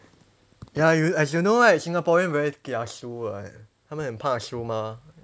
ya you as you know right singaporean very kiasu [what] 他们很怕输嘛